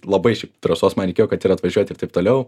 labai šiaip drąsos man reikėjo kad ir atvažiuot ir taip toliau